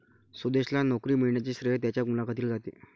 सुदेशला नोकरी मिळण्याचे श्रेय त्याच्या मुलाखतीला जाते